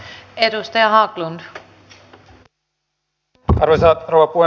arvoisa rouva puhemies